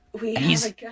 he's-